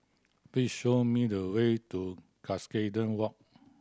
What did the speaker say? please show me the way to Cuscaden Walk